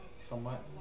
Somewhat